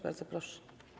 Bardzo proszę.